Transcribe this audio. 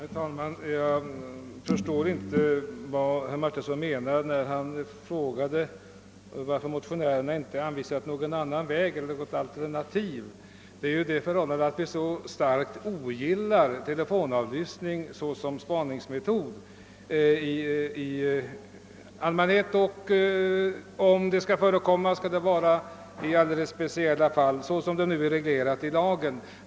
Herr talman! Jag förstår inte vad herr Martinsson menade när han frågade varför motionärerna inte anvisar något alternativ. Det är ju det förhållandet att vi så starkt ogillar telefonavlyssning såsom spaningsmetod som gör att vi avvisar förslaget. Om telefonavlyssning skall förekomma skall det vara i alldeles speciella fall, såsom sker enligt nu gällande lag.